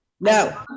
No